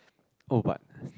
oh but